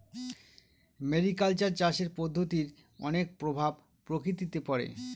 mariculture চাষের পদ্ধতির অনেক প্রভাব প্রকৃতিতে পড়ে